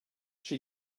she